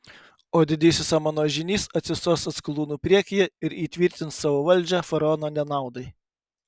o didysis amono žynys atsistos atskalūnų priekyje ir įtvirtins savo valdžią faraono nenaudai